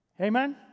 Amen